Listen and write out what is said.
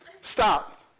Stop